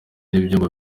n’ibyumba